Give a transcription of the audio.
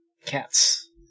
Cats